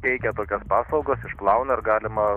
teikia tokias paslaugos išplauna ir galima